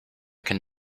can